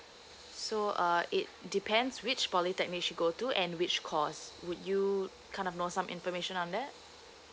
so uh it depends which polytechnic she go to and which course would you kind of know some information on that